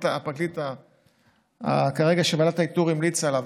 הפרקליט שוועדת האיתור המליצה עליו כרגע,